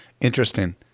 Interesting